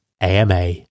AMA